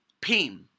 Pim